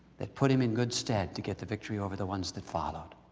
that put him in good stead to get the victory over the ones that followed.